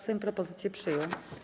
Sejm propozycję przyjął.